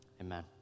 Amen